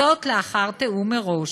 זאת לאחר תיאום מראש.